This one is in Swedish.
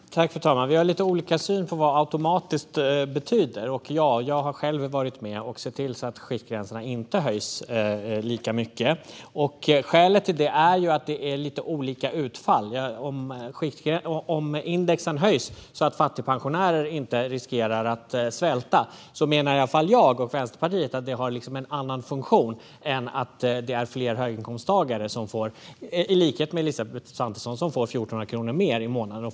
Fru talman! Finansministern och jag har lite olika syn på vad "automatiskt" betyder. Och ja - jag har själv varit med och sett till att skiktgränserna inte höjs lika mycket. Skälet till det är att det ger olika utfall. Om indexen höjs så att fattigpensionärer inte riskerar att svälta menar i alla fall jag och Vänsterpartiet att det har en annan funktion än när fler höginkomsttagare, i likhet med Elisabeth Svantesson, får 1 400 kronor mer i månaden.